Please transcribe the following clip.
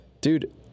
dude